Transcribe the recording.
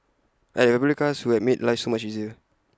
I had A fabulous cast who had made life so much easier